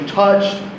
touched